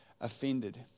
offended